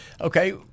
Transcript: Okay